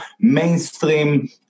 mainstream